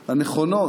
הנכונות